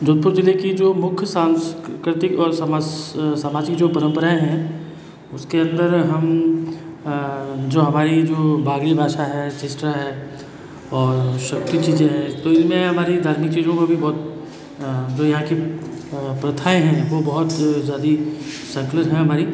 जोधपुर ज़िले की जो मुख्य सांस्कृतिक और समस सामाजिक जो परंपराएं हैं उसके अंदर हम जो हमारी जो बागड़ी भाषा है है और की चीज़ें हैं तो इनमें हमारी धार्मिक चीज़ों पर भी बहौत दुनिया की प्रथाएं हैं वो बहुत ही ज़्यादी सेकुलर हैं हमारी